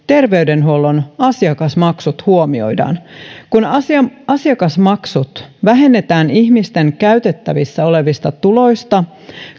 terveydenhuollon asiakasmaksut huomioidaan kun asiakasmaksut vähennetään ihmisten käytettävissä olevista tuloista